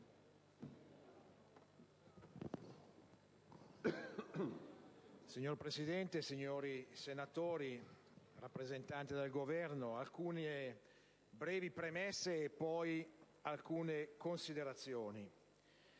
Signor Presidente, signori senatori, rappresentante del Governo, vorrei fare alcune brevi premesse e poi alcune considerazioni.